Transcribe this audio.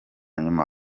nyuma